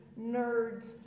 nerds